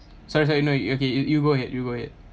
sorry sorry no you okay you you go ahead you go ahead